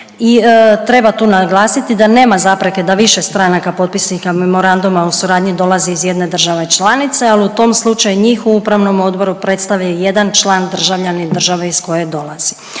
i treba tu naglasiti da nema zapreke da više stranaka potpisnika memoranduma o suradnji dolazi iz jedne države članice, ali u tom slučaju, njih u upravnom odboru predstavlja jedan član državljanin države iz koje dolazi.